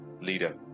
Leader